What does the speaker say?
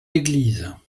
églises